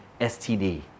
STD